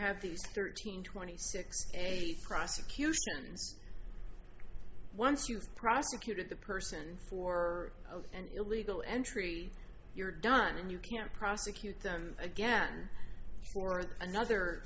have these thirteen twenty six eight prosecutions once you've prosecuted the person for and your legal entry you're done and you can't prosecute them again another